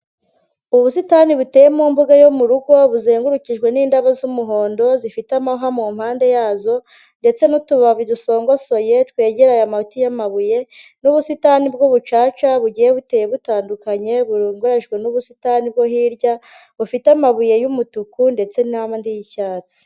Ubusitani buteye mu mbuga yo mu rugo, buzengurukijwe n'indabo z'umuhondo, zifite amahwa mu mpande yazo, ndetse n'utubabi dusongosoye twegereye amati y'amabuye, n'ubusitani bw'ubucaca, bugiye buteye butandukanye, burumberejwe n'ubusitani bwo hirya, bufite amabuye y'umutuku ndetse n'andi y'icyatsi.